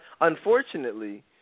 unfortunately